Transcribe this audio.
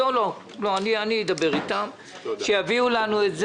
אני אדבר איתם שיביאו לנו את זה.